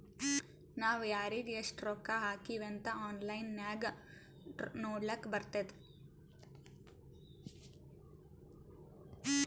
ನಾವ್ ಯಾರಿಗ್ ಎಷ್ಟ ರೊಕ್ಕಾ ಹಾಕಿವ್ ಅಂತ್ ಆನ್ಲೈನ್ ನಾಗ್ ನೋಡ್ಲಕ್ ಬರ್ತುದ್